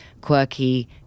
quirky